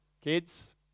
Kids